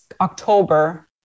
October